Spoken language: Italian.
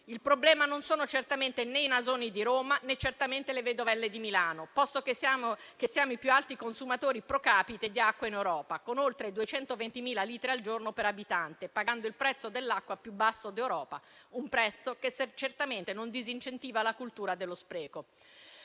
Il problema non sono certamente né i "nasoni" di Roma, né le "vedovelle" di Milano, posto che siamo i più alti consumatori *pro capite* di acqua in Europa, con oltre 220.000 litri al giorno per abitante, pagando il prezzo dell'acqua più basso d'Europa, un prezzo che certamente non disincentiva la cultura dello spreco.